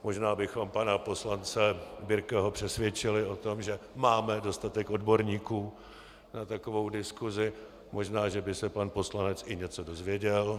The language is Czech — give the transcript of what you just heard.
Možná bychom pana poslance Birkeho přesvědčili o tom, že máme dostatek odborníků na takovou diskusi, možná že by se pan poslanec i něco dozvěděl.